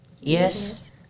yes